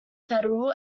federal